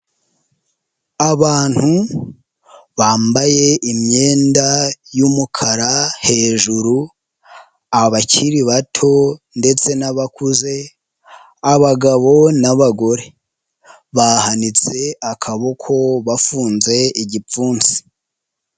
Abantu bambaye imyenda y'umukara hejuru, abakiri bato ndetse n'abakuze, abagabo n',abagore bahanitse akaboko bafunze igipfunsi.